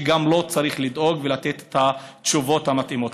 וגם לו צריך לדאוג ולתת את התשובות המתאימות.